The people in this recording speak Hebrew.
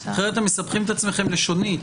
אחרת אתם מסבכים את עצמכם לשונית.